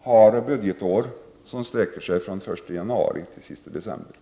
har budgetår som sträcker sig från den första januari till den sista december.